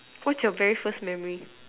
what's your very first memory